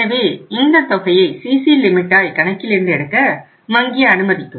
எனவே இந்த தொகையை சிசி லிமிட்டாய் கணக்கிலிருந்து எடுக்க வங்கி அனுமதிக்கும்